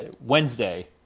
Wednesday